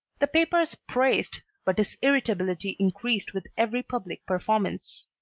the papers praised, but his irritability increased with every public performance.